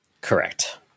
Correct